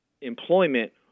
employment